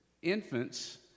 Infants